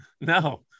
No